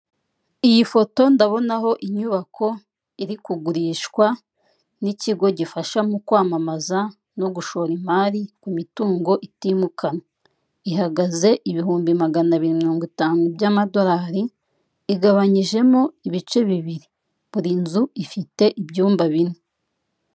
iyi foto ndabonaho inyubako iri kugurishwa nikigo gifasha mu kwamamamaza no gushora imari ku mituungo itimukanwa igabanyijemo ibice bibiri buri nzu ifite ibyumba bine.